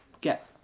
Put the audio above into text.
get